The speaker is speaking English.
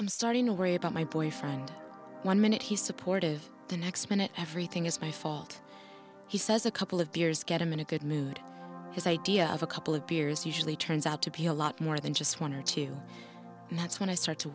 i'm starting to worry about my boyfriend one minute he's supportive the next minute everything is my fault he says a couple of beers get him in a good mood his idea of a couple of beers usually turns out to be a lot more than just one or two and that's when i start to